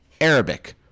Arabic